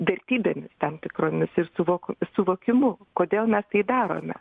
vertybėmis tam tikromis ir suvok suvokimu kodėl mes tai darome